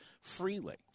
freely